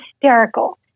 hysterical